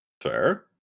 Fair